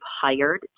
hired